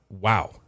wow